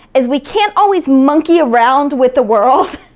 as we can't always monkey around with the world,